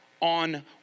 on